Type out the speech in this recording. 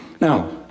Now